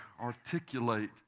articulate